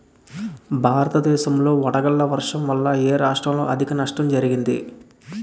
భారతదేశం లో వడగళ్ల వర్షం వల్ల ఎ రాష్ట్రంలో అధిక నష్టం జరిగింది?